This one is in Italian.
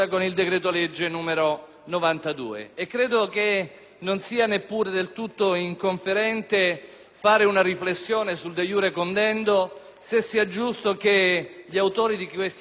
Credo che non sia neppure del tutto inconferente svolgere una riflessione, *de iure condendo*, se sia giusto che gli autori di questi gravissimi reati,